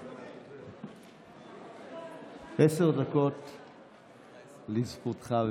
בבקשה, עשר דקות לרשותך.